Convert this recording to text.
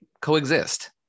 coexist